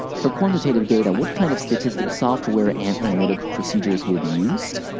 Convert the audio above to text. for quantitative data what kind of statistical software and analytical procedures will be used?